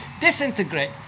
disintegrate